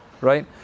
Right